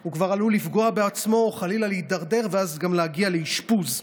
הוא כבר עלול לפגוע בעצמו או חלילה להידרדר ואז גם להגיע לאשפוז.